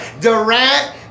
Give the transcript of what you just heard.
Durant